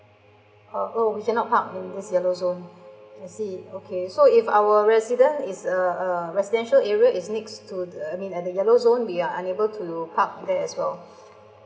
uh oh we cannot park in this yellow zone I see okay so if our resident is uh uh residential area is next to the I mean at the yellow zone we are unable to park there as well